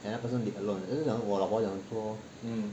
another person leave alone 我老婆讲说